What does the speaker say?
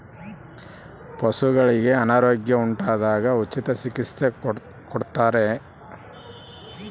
ಪಶುಗಳಿಗೆ ಅನಾರೋಗ್ಯ ಉಂಟಾದಾಗ ಉಚಿತ ಚಿಕಿತ್ಸೆ ಕೊಡುತ್ತಾರೆಯೇ?